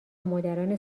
مادران